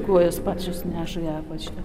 kojos pačios neša į apačią